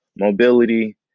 mobility